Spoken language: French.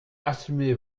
assumez